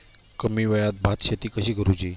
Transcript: कमी वेळात भात शेती कशी करुची?